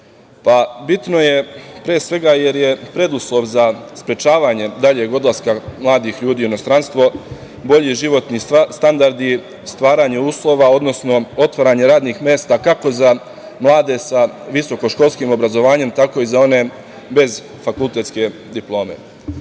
bitno? Pre svega, jer je preduslov za sprečavanje daljeg odlaska mladih ljudi u inostranstvo, bolji životni standard i stvaranje uslova, odnosno otvaranje radnih mesta kako za mlade sa visokoškolskim obrazovanjem, tako i za one bez fakultetske diplome. Ubeđen